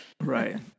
Right